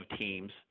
teams